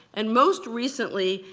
and most recently,